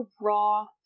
raw